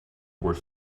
were